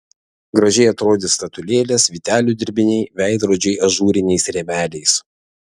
gražiai atrodys statulėlės vytelių dirbiniai veidrodžiai ažūriniais rėmeliais